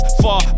far